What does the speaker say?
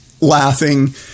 laughing